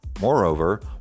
Moreover